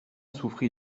souffrit